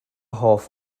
hoff